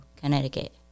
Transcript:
Connecticut